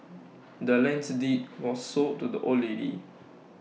the land's deed was sold to the old lady